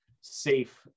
safe